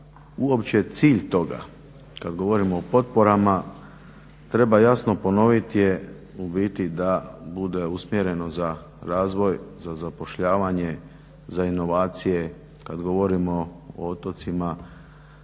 uopće cilj toga kad govorimo o potporama treba jasno ponovit je u biti da bude usmjereno za razvoj, za zapošljavanje, za inovacije, kad govorimo o otocima